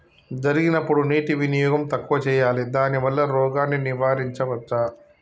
జరిగినప్పుడు నీటి వినియోగం తక్కువ చేయాలి దానివల్ల రోగాన్ని నివారించవచ్చా?